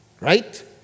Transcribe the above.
right